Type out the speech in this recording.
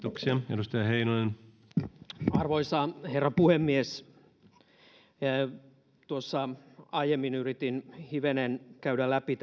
arvoisa herra puhemies tuossa aiemmin yritin hivenen käydä läpi